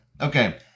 Okay